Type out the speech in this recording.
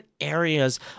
areas